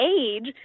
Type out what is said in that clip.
age